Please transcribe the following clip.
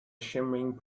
shimmering